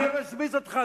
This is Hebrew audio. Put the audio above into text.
אני לא משמיץ אותך,